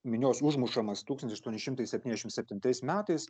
minios užmušamas tūkstantis aštuoni šimtai septyniasdešimt septintais metais